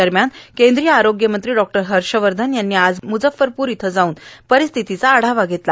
दरम्यान केंद्रीय आरोग्य मंत्री डॉ हर्ष वर्धन यांनी आज मुजफ्फरपूर इथं जाऊन परिस्थितीचा आढावा धेतला